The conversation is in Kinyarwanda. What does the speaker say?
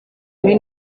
muri